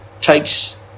takes